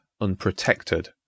unprotected